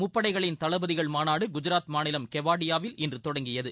முப்படைகளின் தளபதிகள் மாநாடுகுஜராத் மாநிலம் கெவாடியாவில் இன்றுதொடங்கியது